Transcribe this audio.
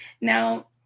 Now